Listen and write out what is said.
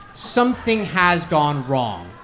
something has gone wrong,